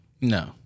No